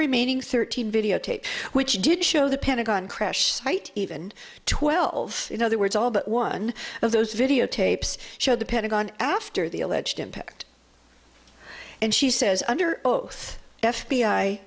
remaining thirteen videotape which did show the pentagon crash site even twelve in other words all but one of those videotapes showed the pentagon after the alleged impact and she says under oath f